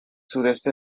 sudeste